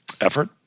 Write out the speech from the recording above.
effort